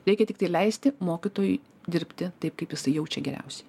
reikia tiktai leisti mokytojui dirbti taip kaip jisai jaučia geriausiai